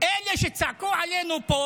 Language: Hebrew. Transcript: אלה שצעקו עלינו פה